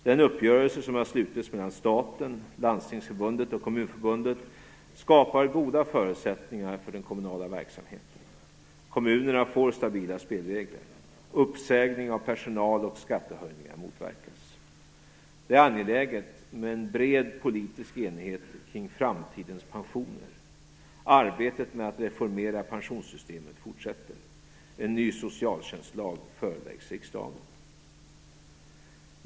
Den uppgörelse som har slutits mellan staten, Landstingsförbundet och Kommunförbundet skapar goda förutsättningar för den kommunala verksamheten. Kommunerna får stabila spelregler. Uppsägning av personal och skattehöjningar motverkas. Det är angeläget med en bred politisk enighet kring framtidens pensioner. Arbetet med att reformera pensionssystemet fortsätter. En ny socialtjänstlag föreläggs riksdagen.